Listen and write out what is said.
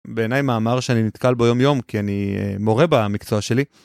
בעיניי מאמר שאני נתקל בו יום יום כי אני מורה במקצוע שלי.